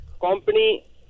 company